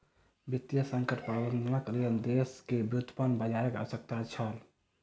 वित्तीय संकट प्रबंधनक लेल देश में व्युत्पन्न बजारक आवश्यकता छल